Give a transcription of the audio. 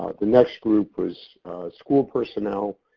like the next group was school personnel,